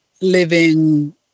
living